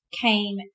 came